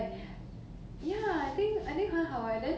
instagram all those she also 很 actively